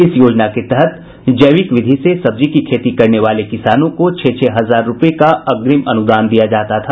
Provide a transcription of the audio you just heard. इस योजना के तहत जैविक विधि से सब्जी की खेती करने वाले किसानों को छह छह हजार रूपये का अग्रिम अनुदान दिया जाता था